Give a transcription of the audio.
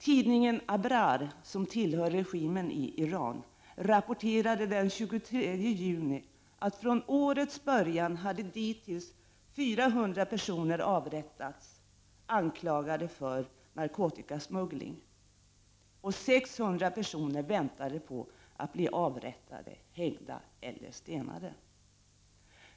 Tidningen Abrar, som tillhör regimen i Iran, rapporterade den 23 juni att från årets början dittills 400 personer hade avrättats, anklagade för narkotikasmuggling, och 600 personer väntade på att bli avrättade, hängda eller stenade.